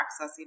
accessing